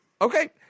Okay